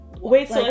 wait